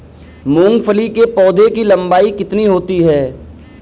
मूंगफली के पौधे की लंबाई कितनी होती है?